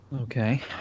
Okay